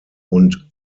und